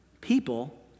people